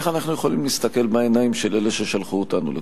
איך אנחנו יכולים להסתכל בעיניים של אלה ששלחו אותנו לכאן?